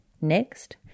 Next